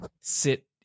sit